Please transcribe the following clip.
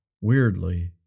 weirdly